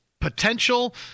potential